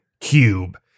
Cube